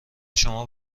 شما